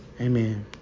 Amen